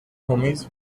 homies